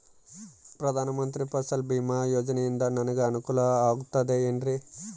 ಪ್ರಧಾನ ಮಂತ್ರಿ ಫಸಲ್ ಭೇಮಾ ಯೋಜನೆಯಿಂದ ನನಗೆ ಅನುಕೂಲ ಆಗುತ್ತದೆ ಎನ್ರಿ?